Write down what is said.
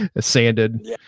sanded